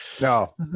No